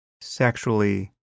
sexually